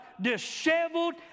disheveled